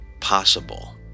possible